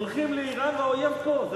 הולכים לאירן, והאויב פה.